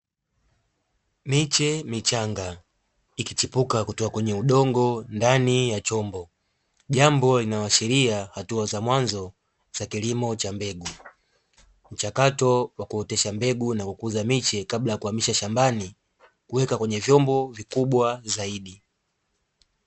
Miche michanga ikichipuka kutoka kwenye udongo ndani ya chombo jambo linaloashiria hatua za mwanzo za kilimo cha mbegu. Mchakato wa kuotesha mbegu na kukuza miche kabla ya kuhamisha shambani kueka kwenye vyombo vikubwa zaidi.